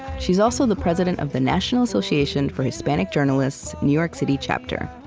she's also the president of the national association for hispanic journalists' new york city chapter.